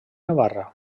navarra